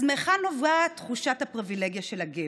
אז מהיכן נובעת תחושת הפריבילגיה של הגבר?